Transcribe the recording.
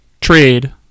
trade